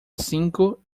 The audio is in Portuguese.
cinco